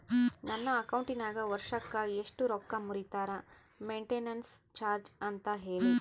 ನನ್ನ ಅಕೌಂಟಿನಾಗ ವರ್ಷಕ್ಕ ಎಷ್ಟು ರೊಕ್ಕ ಮುರಿತಾರ ಮೆಂಟೇನೆನ್ಸ್ ಚಾರ್ಜ್ ಅಂತ ಹೇಳಿ?